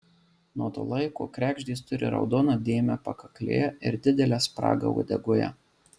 nuo to laiko kregždės turi raudoną dėmę pakaklėje ir didelę spragą uodegoje